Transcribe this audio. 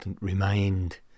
remained